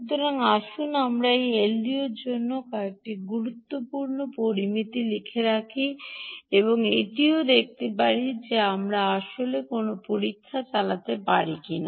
সুতরাং আসুন আমরা এই এলডিওর জন্য কয়েকটি গুরুত্বপূর্ণ পরামিতি লিখে রাখি এবং এটিও দেখতে পারি যে আমরা আসলে কোনও পরীক্ষা চালাতে পারি কিনা